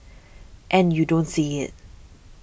and you don't see it